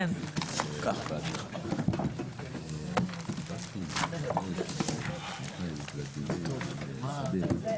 הישיבה ננעלה בשעה 15:33.